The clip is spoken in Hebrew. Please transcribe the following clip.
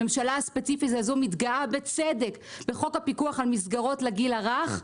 הממשלה הספציפית הזאת מתגאה בצדק בחוק הפיקוח על מסגרות לגיל הרך,